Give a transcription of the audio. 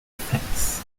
effects